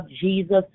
jesus